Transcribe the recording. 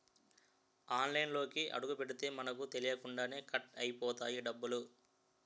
ఆన్లైన్లోకి అడుగుపెడితే మనకు తెలియకుండానే కట్ అయిపోతాయి డబ్బులు